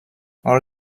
all